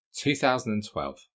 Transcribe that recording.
2012